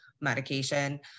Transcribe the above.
medication